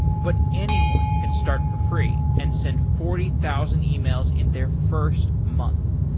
but anyone can start for free and send forty thousand emails in their first month.